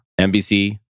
NBC